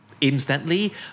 instantly